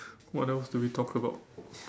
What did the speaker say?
what else do we talk about